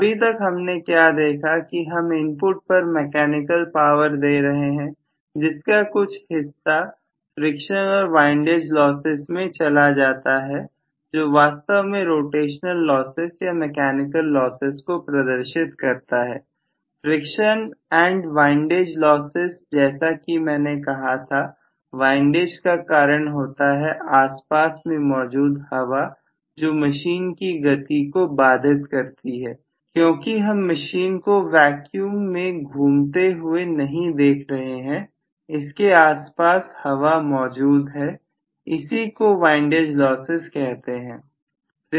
अभी तक हमने क्या देखा कि हम इनपुट पर मैकेनिकल पावर दे रहे हैं जिसका कुछ हिस्सा फ्रिक्शन और वाइनडेज लॉसेस में चला जाता है जो वास्तव में रोटेशनल लॉसेस या मैकेनिकल लॉसेस को प्रदर्शित करता है फ्रिक्शन एंड वाइनडेज लॉसेस जैसा कि मैंने कहा था वाइनडेज का कारण होता है आस पास में मौजूद हवा जो मशीन की गति को बाधित करती है क्योंकि हम मशीन को वेक्यूम में घूमते हुए नहीं देख रहे हैं इसके आसपास हवा मौजूद है इसी को वाइनडेज लॉसेस कहते हैं